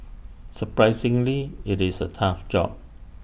surprisingly IT is A tough job